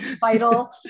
vital